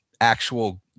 actual